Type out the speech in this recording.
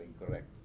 incorrect